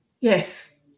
yes